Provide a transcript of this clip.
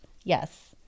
Yes